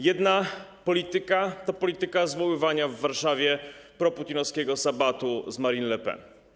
Jedna polityka to polityka zwoływania w Warszawie proputinowskiego sabatu z Marine Le Pen.